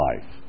life